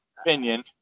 opinion